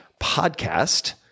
podcast